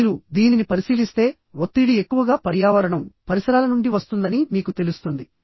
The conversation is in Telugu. మీరు దీనిని పరిశీలిస్తే ఒత్తిడి ఎక్కువగా పర్యావరణం పరిసరాల నుండి వస్తుందని మీకు తెలుస్తుంది